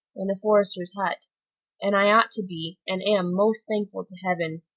in a forester's hut and i ought to be, and am, most thankful to heaven,